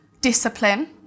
discipline